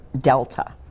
Delta